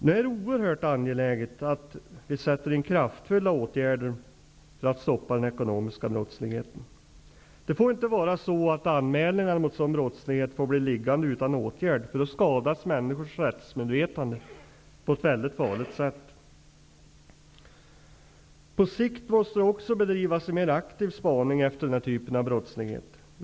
Det är oerhört angeläget att vi sätter in kraftfulla åtgärder för att stoppa den ekonomiska brottsligheten. Anmälningar mot sådan brottslighet får inte bli liggande utan åtgärd. Då skadas människors rättsmedvetande på ett farligt sätt. På sikt måste det också bedrivas mer aktiv spaning efter den här typen av brottslighet.